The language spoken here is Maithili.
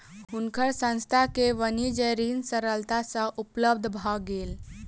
हुनकर संस्थान के वाणिज्य ऋण सरलता सँ उपलब्ध भ गेल